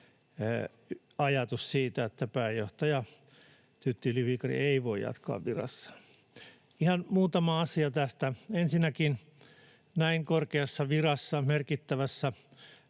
ajatus siitä, että pääjohtaja Tytti Yli-Viikari ei voi jatkaa virassaan. Ihan muutama asia tästä. Ensinnäkin näin korkeassa virassa, merkittävässä